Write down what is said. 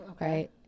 right